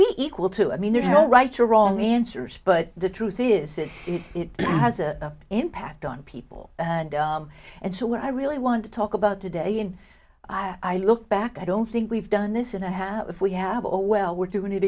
be equal to i mean there's no right or wrong answers but the truth is that it has a impact on people and and so what i really want to talk about today and i look back i don't think we've done this and i have if we have a well we're doing it